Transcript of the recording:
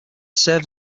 served